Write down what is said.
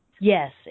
Yes